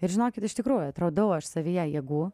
ir žinokit iš tikrųjų atradau savyje jėgų